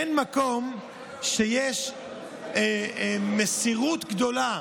אין מקום שיש בו מסירות גדולה,